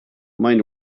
mind